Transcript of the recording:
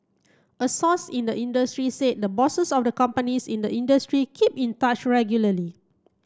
a source in the industry said the bosses of the companies in the industry keep in touch regularly